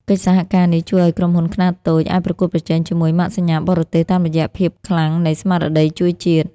កិច្ចសហការនេះជួយឱ្យក្រុមហ៊ុនខ្នាតតូចអាចប្រកួតប្រជែងជាមួយម៉ាកសញ្ញាបរទេស តាមរយៈភាពខ្លាំងនៃស្មារតីជួយជាតិ។